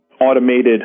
automated